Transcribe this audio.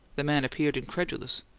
the man appeared incredulous.